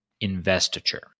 investiture